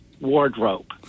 wardrobe